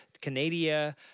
Canada